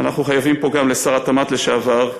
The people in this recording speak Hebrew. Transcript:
ואנחנו חייבים פה גם לשר התמ"ת לשעבר,